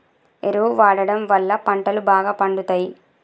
ఎరువు వాడడం వళ్ళ పంటలు బాగా పండుతయి